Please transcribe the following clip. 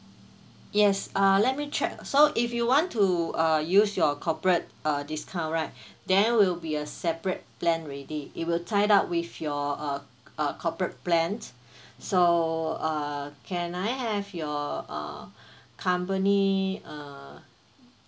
yes uh let me check so if you want to uh use your corporate uh discount right then will be a separate plan already it will tie up with your uh uh corporate plan so uh can I have your uh company uh